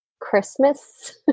Christmas